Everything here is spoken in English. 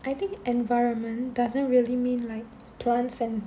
I think environment doesn't really mean like plants and